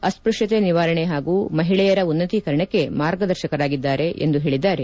ಅಸ್ವಶ್ಯತೆ ನಿವಾರಣೆ ಹಾಗೂ ಮಹಿಳೆಯರ ಉನ್ನತೀಕರಣಕ್ಕೆ ಮಾರ್ಗದರ್ಶಕರಾಗಿದ್ದಾರೆ ಎಂದು ಹೇಳಿದ್ದಾರೆ